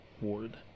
Ward